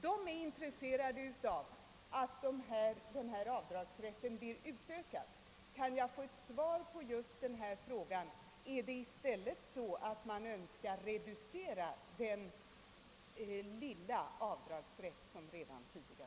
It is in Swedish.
De är intresserade av att få göra större avdrag. Kan jag få ett svar på frågan om man i stället önskar reducera den rätt till små avdrag som redan finns?